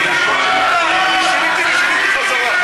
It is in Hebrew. אני שיניתי, חזרה.